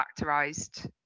factorized